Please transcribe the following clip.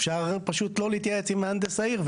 אפשר פשוט לא להתייעץ עם מהנדס העיר,